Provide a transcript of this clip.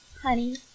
Honey